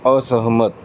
असहमत